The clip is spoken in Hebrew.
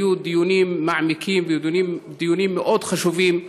היו דיונים מעמיקים ומאוד חשובים.